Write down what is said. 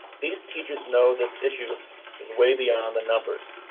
these teachers know this issue is way beyond the numbers.